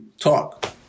Talk